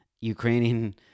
Ukrainian